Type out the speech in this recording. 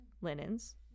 linens